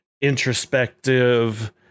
introspective